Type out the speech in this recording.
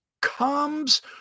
comes